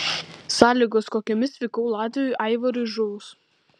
sąlygos kokiomis vykau latviui aivarui žuvus